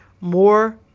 more